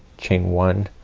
chain one,